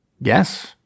Yes